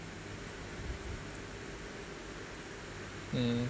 um